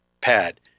pad